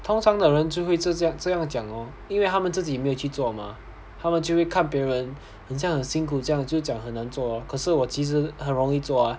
通常的人就会是这样讲哦因为他们自己没有去做嘛他们就会看别人很像辛苦这样就讲很难做可是我其实很容易做啊